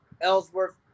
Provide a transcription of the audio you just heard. Ellsworth